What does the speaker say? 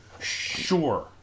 sure